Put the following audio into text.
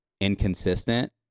inconsistent